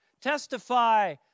testify